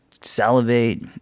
salivate